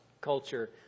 culture